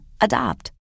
Adopt